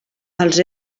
els